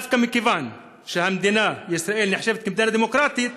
דווקא מכיוון שמדינת ישראל נחשבת למדינה דמוקרטית